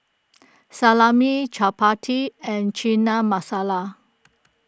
Salami Chapati and Chana Masala